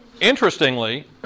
interestingly